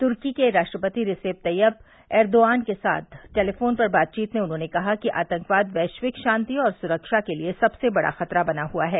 तुर्की के राष्ट्रपति Recep Tayyip Erdogan के साथ टेलीफोन पर बातचीत में उन्होंने कहा कि आतंकवाद वैश्विक शांति और सुरक्षा के लिए सबसे बड़ा खतरा बना हुआ है